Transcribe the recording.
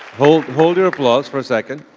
hold hold your applause for a second.